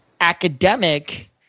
academic